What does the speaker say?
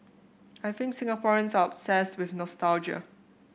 I think Singaporeans are obsessed with nostalgia